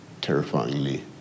terrifyingly